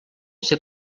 ser